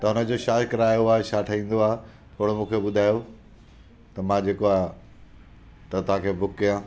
त हुन जी छा किरायो आहे छा ठहींदो आहे थोरो मूंखे ॿुधायो त मां जेको आहे त तव्हांखे बुक कया